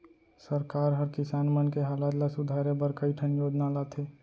सरकार हर किसान मन के हालत ल सुधारे बर कई ठन योजना लाथे